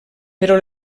però